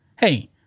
hey